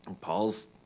Paul's